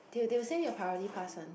they they will send you a priority pass one